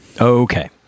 Okay